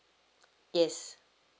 yes